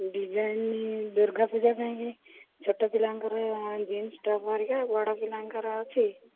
design Durga Puja ପାଇଁକି ଛୋଟ ପିଲାଙ୍କର ଜିନ୍ସ ଟପ୍ ହେରିକା ବଡ଼ ପିଲାଙ୍କର ଅଛି